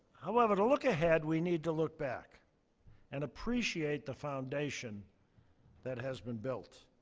however, to look ahead, we need to look back and appreciate the foundation that has been built.